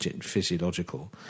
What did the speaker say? physiological